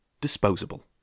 disposable